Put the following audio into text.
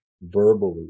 verbally